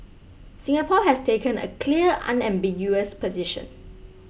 Singapore has taken a clear unambiguous position